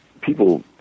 people